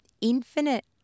infinite